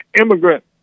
immigrant